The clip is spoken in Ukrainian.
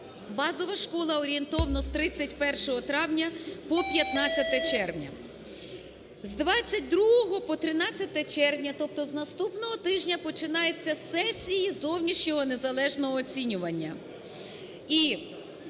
базова школа орієнтовно з 31 травня по 15 червня. З 22 по 13 червня, тобто з наступного тижня, починаються сесії зовнішнього незалежного оцінювання,